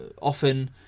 often